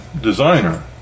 designer